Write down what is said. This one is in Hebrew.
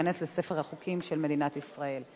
ותיכנס לספר החוקים של מדינת ישראל.